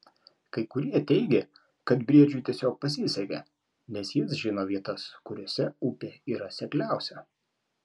kai kurie teigė kad briedžiui tiesiog pasisekė nes jis žino vietas kuriose upė yra sekliausia